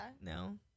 No